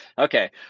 Okay